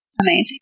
Amazing